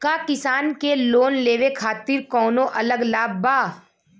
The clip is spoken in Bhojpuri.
का किसान के लोन लेवे खातिर कौनो अलग लाभ बा?